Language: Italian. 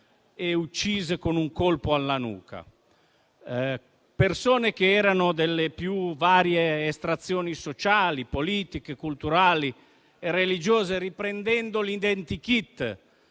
e uccise con un colpo alla nuca. Si trattava di persone che erano delle più varie estrazioni sociali, politiche, culturali e religiose. Riprendendo l'identikit